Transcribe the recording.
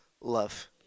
love